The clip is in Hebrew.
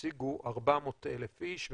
השיגו 400,000 איש,